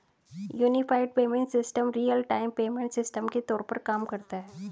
unified payment system real time payment system के तौर पर काम करता है